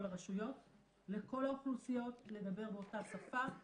הרשויות לכל האוכלוסיות לדבר באותה שפה,